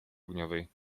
ogniowej